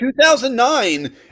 2009